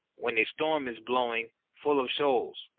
when a storm is blowing, full of shoals.